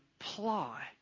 apply